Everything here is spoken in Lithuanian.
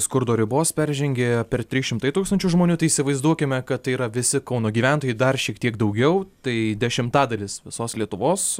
skurdo ribos peržengė per trys šimtai tūkstančių žmonių tai įsivaizduokime kad tai yra visi kauno gyventojai dar šiek tiek daugiau tai dešimtadalis visos lietuvos